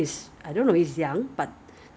anti virus cream is there such cream